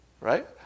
right